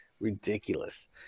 ridiculous